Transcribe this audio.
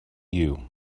you